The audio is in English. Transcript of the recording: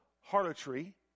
harlotry